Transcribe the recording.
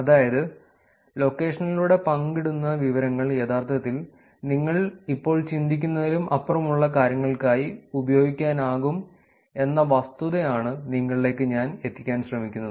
അതായത് ലൊക്കേഷനിലൂടെ പങ്കിടുന്ന വിവരങ്ങൾ യഥാർത്ഥത്തിൽ നിങ്ങൾ ഇപ്പോൾ ചിന്തിക്കുന്നതിലും അപ്പുറമുള്ള കാര്യങ്ങൾക്കായി ഉപയോഗിക്കാനാകും എന്ന വസ്തുത ആണ് നിങ്ങളിലേക്ക് ഞാൻ എത്തിക്കാൻ ശ്രെമിക്കുന്നത്